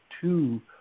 two